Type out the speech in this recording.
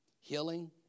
healing